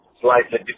slightly